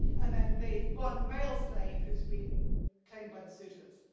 and then the one male slave who's been claimed by the suitors.